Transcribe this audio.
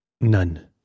None